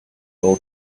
will